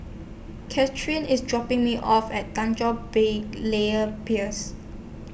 Cathryn IS dropping Me off At Tanjong Berlayer Piers